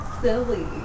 silly